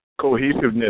cohesiveness